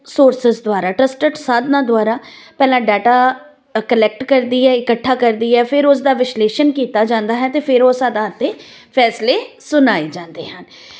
sources ਦੁਆਰਾ trusted ਸਾਧਨਾਂ ਦੁਆਰਾ ਪਹਿਲਾਂ ਡਾਟਾ ਕਲੈਕਟ ਕਰਦੀ ਹੈ ਇਕੱਠਾ ਕਰਦੀ ਹੈ ਫਿਰ ਉਸ ਦਾ ਵਿਸ਼ਲੇਸ਼ਣ ਕੀਤਾ ਜਾਂਦਾ ਹੈ ਅਤੇ ਫਿਰ ਉਸ ਆਧਾਰ 'ਤੇ ਫੈਸਲੇ ਸੁਣਾਏ ਜਾਂਦੇ ਹਨ